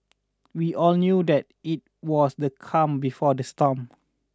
we all knew that it was the calm before the storm